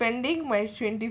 spending my twenty